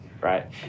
Right